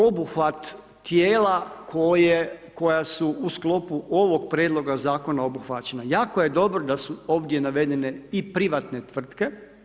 Prije svega obuhvat tijela koja su u sklopu ovog prijedloga zakona obuhvaćena, jako je dobro da su ovdje navedene i privatne tvrtke.